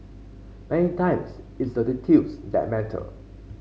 many times it's the details that matter